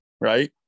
right